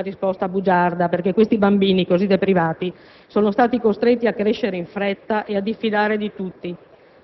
(aspettiamoci però una risposta bugiarda, perché tutti i bambini così deprivati sono stati costretti a crescere in fretta e a diffidare di tutti),